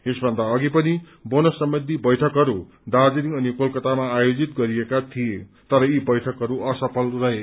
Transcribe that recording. यसभन्दा अधि पनि बोनस सम्वन्धी बैठक दार्जीलिङ अनि कोलकातामा आयोजित गरिएको थियो तर यी बैठकहरू असफल रहे